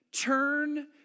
Turn